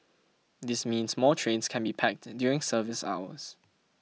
this means more trains can be packed during service hours